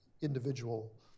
individual